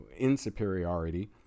insuperiority